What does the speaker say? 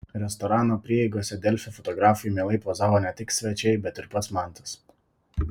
restorano prieigose delfi fotografui mielai pozavo ne tik svečiai bet ir pats mantas